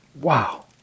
Wow